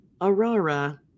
Aurora